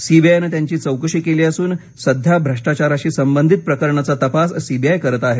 सीबीआयनं त्यांची चौकशी केली असून सध्या भ्रष्टाचाराशी संबंधित प्रकरणाचा तपास सीबीआय करत आहे